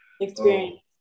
Experience